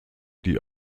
die